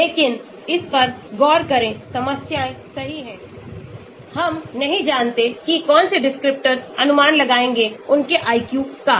लेकिन इस पर गौर करें समस्याएँ सही हैं हम नहीं जानते कि कौन से descriptors अनुमान लगाएंगे उनके IQ का